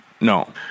No